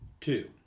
two